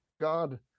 God